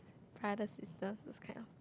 brother sister those kind of